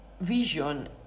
vision